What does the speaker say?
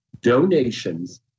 donations